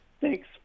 Thanks